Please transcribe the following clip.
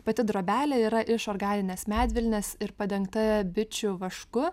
pati drobelė yra iš organinės medvilnės ir padengta bičių vašku